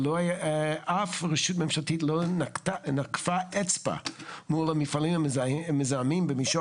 אף רשות ממשלתית לא נקפה אצבע מול המפעלים המזהמים במישור